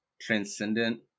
transcendent